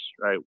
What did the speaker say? right